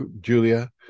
julia